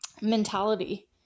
mentality